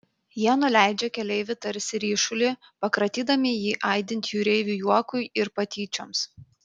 jie nuleidžia keleivį tarsi ryšulį pakratydami jį aidint jūreivių juokui ir patyčioms